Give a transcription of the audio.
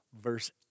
verse